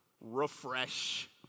refresh